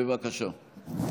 בבקשה.